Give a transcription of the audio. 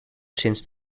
since